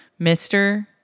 Mr